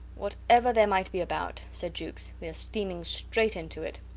whatever there might be about, said jukes, we are steaming straight into it.